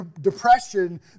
Depression